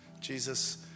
Jesus